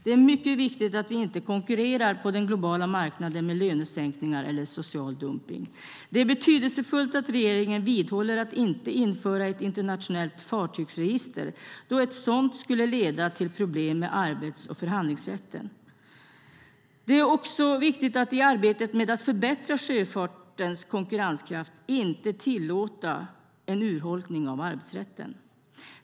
Det är mycket viktigt att vi inte konkurrerar på den globala marknaden med lönesänkningar eller social dumpning. Det är betydelsefullt att regeringen vidhåller att man inte ska införa ett internationellt fartygsregister, då ett sådant skulle leda till problem med arbets och förhandlingsrätten. Det är också viktigt att i arbetet med att förbättra sjöfartens konkurrenskraft inte tillåta en urholkning av arbetsrätten.